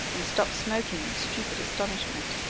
and stopped smoking in stupid astonishment.